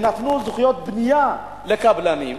נתנו זכויות בנייה לקבלנים,